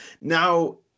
now